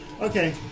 Okay